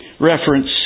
reference